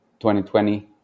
2020